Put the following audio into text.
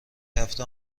هفته